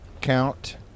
Count